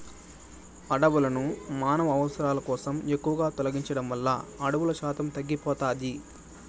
అడవులను మానవ అవసరాల కోసం ఎక్కువగా తొలగించడం వల్ల అడవుల శాతం తగ్గిపోతాది